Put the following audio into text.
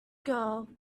girl